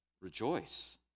rejoice